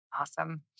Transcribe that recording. Awesome